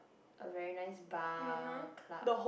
a very nice bar or club